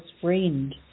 friend